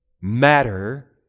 matter